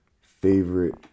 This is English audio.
favorite